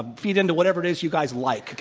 ah feed into whatever it is you guys like.